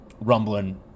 rumbling